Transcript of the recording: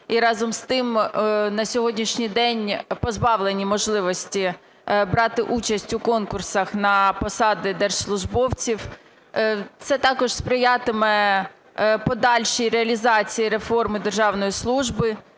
і разом з тим на сьогоднішній день позбавлені можливості брати участь у конкурсах на посади держслужбовців. Це також сприятиме подальшій реалізації реформи державної служби,